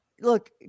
Look